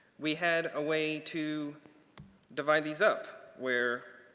we had a way to divide these up where a